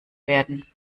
werden